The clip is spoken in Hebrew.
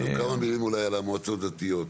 כמה מילים אולי על המועצות הדתיות?